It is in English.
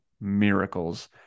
miracles